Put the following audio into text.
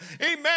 Amen